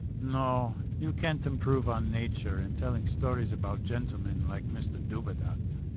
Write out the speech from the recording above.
no. you cant improve on nature in telling stories about gentlemen like mr dubedat.